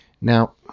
now